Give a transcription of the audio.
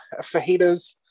fajitas